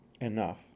enough